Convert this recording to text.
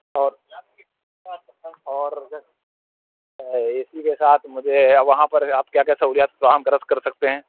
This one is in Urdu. اور اور اسی کے ساتھ مجھے وہاں پر آپ کیا کیا سہولیات فراہم کر سکتے ہیں